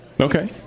Okay